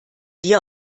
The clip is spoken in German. dir